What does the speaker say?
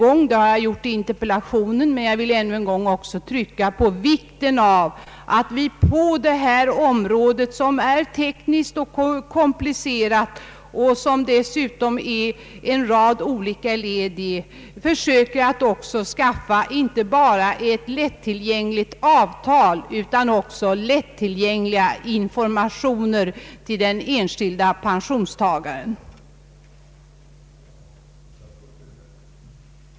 Jag har i interpellationen betonat hur viktigt det är att vi på detta område — som rent tekniskt är av komplicerad natur och som består av en rad olika led — försöker skaffa inte bara ett lättillgängligt avtal utan också informationer som är lättillgängliga för den enskilde pensionstagaren.